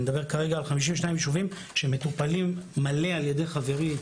אני מדבר כרגע על 52 יישובים שמטופלים מלא על ידי חברי,